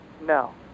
No